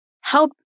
help